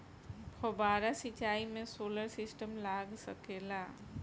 फौबारा सिचाई मै सोलर सिस्टम लाग सकेला?